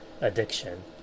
addiction